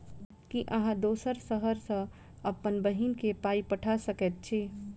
की अहाँ दोसर शहर सँ अप्पन बहिन केँ पाई पठा सकैत छी?